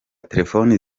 telefoni